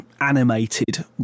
animated